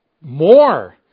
more